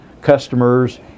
customers